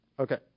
Okay